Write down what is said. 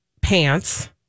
pants